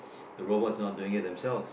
the robot's not doing it themselves